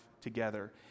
together